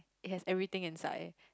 it has everything inside